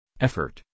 effort